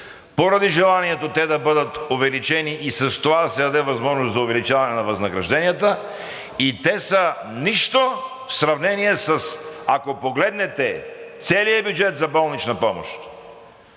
поради желанието те да бъдат увеличени и с това да се даде възможност за увеличаване на възнагражденията, и те са нищо в сравнение с – ако погледнете целия бюджет за болнична помощ,